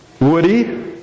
Woody